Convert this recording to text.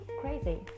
crazy